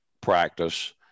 practice